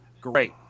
great